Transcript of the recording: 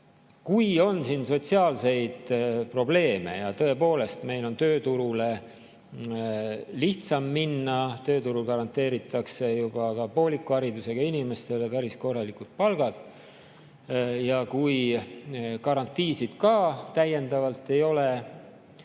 on sotsiaalseid probleeme – tõepoolest, meil on tööturule lihtsam minna, tööturul garanteeritakse ka pooliku haridusega inimestele päris korralikud palgad – ja täiendavaid garantiisid ka ei ole,